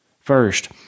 First